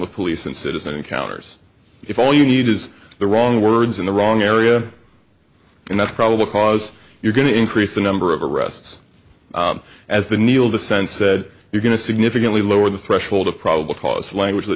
of police and citizen encounters if all you need is the wrong words in the wrong area and that's probable cause you're going to increase the number of arrests as the needle descends said you're going to significantly lower the threshold of probable cause language th